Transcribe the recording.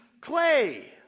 clay